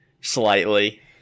slightly